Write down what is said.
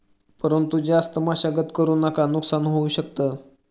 परंतु जास्त मशागत करु नका नुकसान होऊ शकत